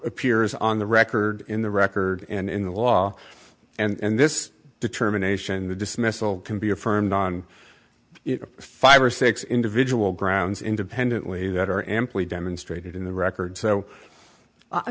appears on the record in the record and in the law and this determination the dismissal can be affirmed on five or six individual grounds independently that are amply demonstrated in the record so i